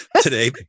today